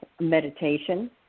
meditation